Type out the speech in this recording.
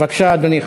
בבקשה, אדוני.